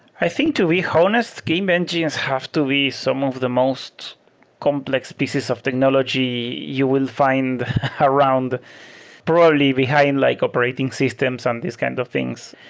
i think to be honest, game engines have to be some of the most complex pieces of technology you will find around broadly behind like operating systems on these kind of things.